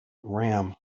ram